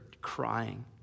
crying